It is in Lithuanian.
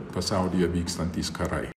pasaulyje vykstantys karai